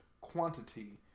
quantity